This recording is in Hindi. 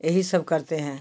यही सब करते हैं